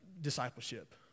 discipleship